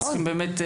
באמת,